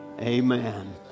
Amen